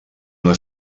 una